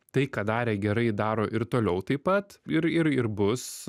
tai ką darė gerai daro ir toliau taip pat ir ir ir bus